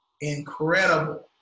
incredible